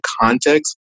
context